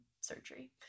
surgery